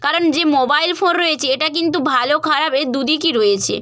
কারণ যে mobile phone রয়েছে এটা কিন্তু ভালো খারাপ এর দু দিকই রয়েছে